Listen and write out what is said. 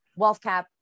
WealthCap